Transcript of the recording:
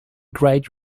grade